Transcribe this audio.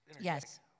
Yes